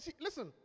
Listen